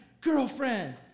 girlfriend